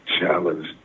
challenge